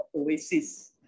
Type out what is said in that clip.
oasis